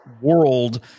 world